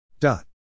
Dot